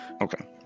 Okay